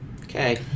Okay